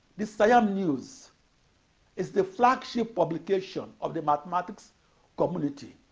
the siam news is the flagship publication of the mathematics community.